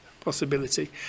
Possibility